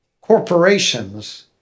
corporations